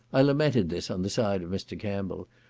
i lamented this on the side of mr. campbell,